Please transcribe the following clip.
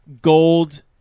gold